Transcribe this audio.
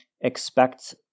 expect